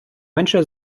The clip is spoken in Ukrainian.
менше